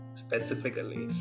specifically